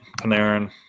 Panarin